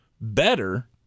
better